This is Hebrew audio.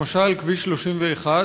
למשל כביש 31,